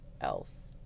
else